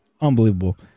unbelievable